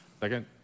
Second